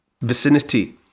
vicinity